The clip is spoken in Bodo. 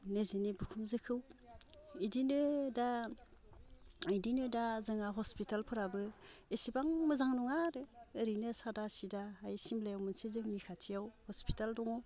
निजिनि बिखुमजोखौ इदिनो दा इदिनो दा जोङो हस्पिटालफोराबो एसेबां मोजां नङा आरो ओरैनो सादा सिदाहाय सिमलायाव मोनसे जोंनि खाथियाव हस्पिटाल दङ